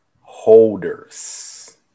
holders